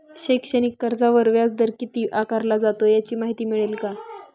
शैक्षणिक कर्जावर व्याजदर किती आकारला जातो? याची माहिती मिळेल का?